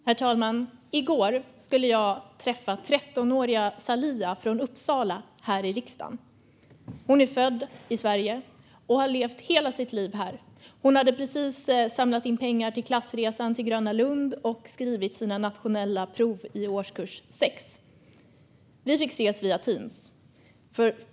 Herr talman! I går skulle jag träffa 13-åriga Saliha från Uppsala här i riksdagen. Hon är född i Sverige och har levt här i hela sitt liv. Hon har precis samlat in pengar till klassresan till Gröna Lund och skrivit sina nationella prov i årskurs 6. Vi fick ses via Teams.